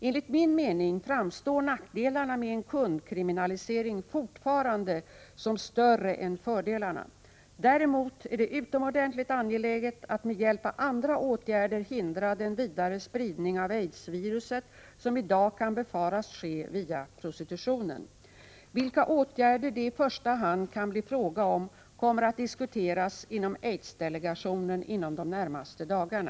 Enligt min mening framstår nackdelarna med en kundkriminalisering fortfarande som större än fördelarna. Däremot är det utomordentligt angeläget att med hjälp av andra åtgärder hindra den vidare spridning av AIDS-viruset som i dag kan befaras ske via prostitutionen. Vilka åtgärder det i första hand kan bli fråga om kommer att diskuteras inom AIDS delegationen inom de närmaste dagarna.